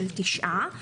של תשעה,